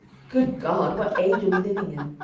good god, what age are we living in?